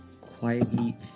quietly